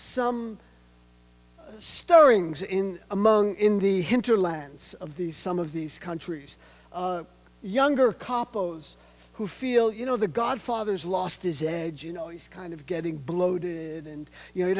some stirrings in among in the hinterlands of these some of these countries younger capos who feel you know the godfather's lost his edge you know he's kind of getting bloated and you know he